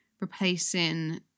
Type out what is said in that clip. replacing